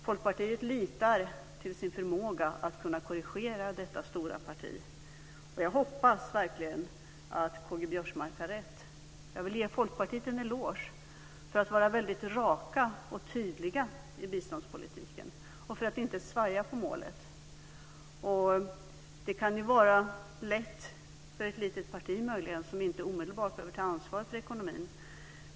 Folkpartiet litar till sin förmåga att korrigera detta stora parti. Jag hoppas verkligen att K G Biörsmark har rätt. Jag vill ge Folkpartiet en eloge för att vara väldigt raka och tydliga i biståndspolitiken och för att inte svaja på målet. Det kan ju möjligen vara lätt för ett litet parti som inte omedelbart behöver ta ansvar för ekonomin.